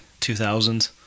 2000s